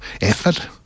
effort